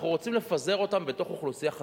אנחנו רוצים לפזר אותם בתוך אוכלוסייה חזקה.